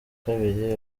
kabiri